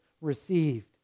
received